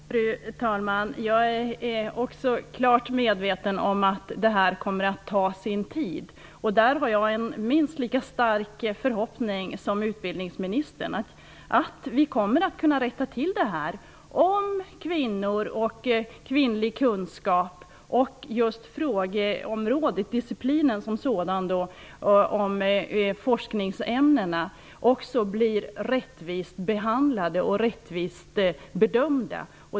Fru talman! Jag är också klart medveten om att det kommer att ta sin tid. Jag har en minst lika stark förhoppning som utbildningsministern att vi skall kunna rätta till detta. För att detta skall ske måste kvinnlig kunskap och diciplinen som sådan, dvs. forskningsämnena, bli rättvist behandlade och rättvist bedömda.